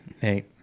Hey